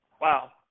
Wow